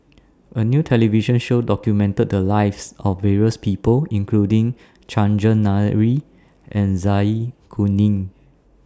A New television Show documented The Lives of various People including Chandran Nair and Zai Kuning